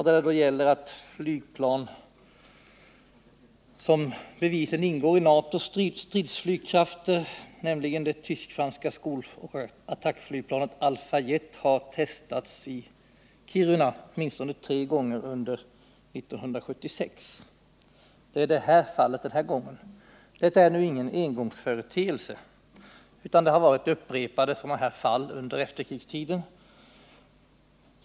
Det gällde alltså att flygplan som bevisligen ingår i NATO:s stridsflygkrafter, nämligen det tysk-franska skoloch attackflygplanet Alpha-Jet, har testats i Kiruna åtminstone tre gånger under 1976. Det är det fall det är fråga om den här gången. Detta är nu ingen engångsföreteelse, utan upprepade sådana här fall har förekommit under efterkrigstiden.